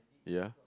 ya